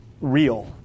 real